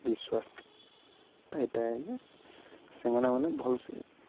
ବିଶ୍ୱାସ ଟା ଏଇଟା ଆ ଯେ ସେମାନେ ମାନେ ଭଲ୍ ସେ